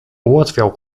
ułatwiał